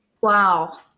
Wow